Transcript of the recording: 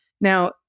Now